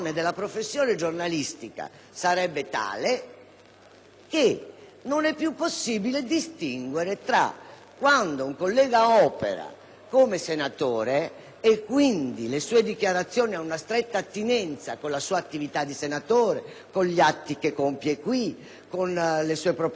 cui non è possibile distinguere quando un collega opera come senatore (e quindi le sue dichiarazioni hanno una stretta attinenza con la sua attività di senatore, con gli atti che compie in questa sede, con le sue proposte di legge, le sue interrogazioni, le sue dichiarazioni in quest'Aula)